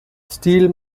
steele